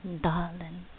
darling